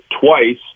twice